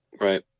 Right